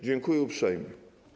Dziękuję uprzejmie.